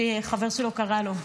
שבה החבר שלו קרא לו,